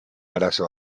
arazo